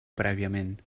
prèviament